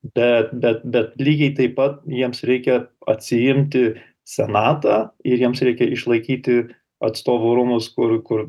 bet bet bet lygiai taip pat jiems reikia atsiimti senatą ir jiems reikia išlaikyti atstovų rūmus kur kur